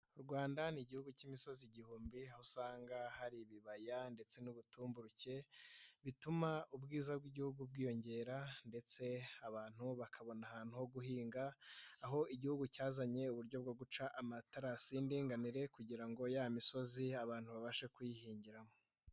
U Rwanda ni Igihugu cy'imisozi igihumbi, aho usanga hari ibibaya ndetse n'ubutumburuke, bituma ubwiza bw'Igihugu bwiyongera ndetse abantu bakabona ahantu ho guhinga, aho Igihugu cyazanye uburyo bwo guca amatarasi y'indinganire kugira ngo ya misozi abantu babashe kuyihingiramo.